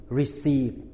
receive